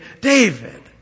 David